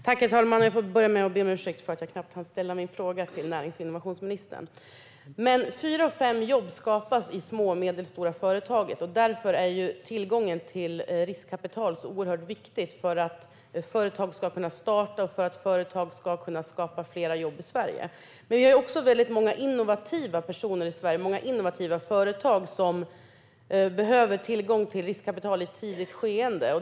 Herr talman! Jag börjar med att be om ursäkt för att jag knappt hann ställa min fråga till närings och innovationsministern. Fyra av fem jobb skapas i små och medelstora företag. Därför är tillgången till riskkapital så oerhört viktig för att företag ska kunna starta och kunna skapa fler jobb i Sverige. Vi har många innovativa personer och företag i Sverige som behöver tillgång till riskkapital i ett tidigt skeende.